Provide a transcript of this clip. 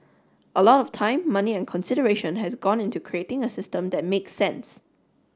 a lot of time money and consideration has gone into creating a system that make sense